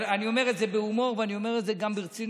אני אומר את זה בהומור ואני אומר את זה גם ברצינות.